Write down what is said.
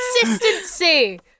Consistency